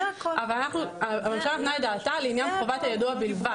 אבל הממשלה נתנה את דעתה לעניין חובת היידוע בלבד.